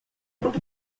grupo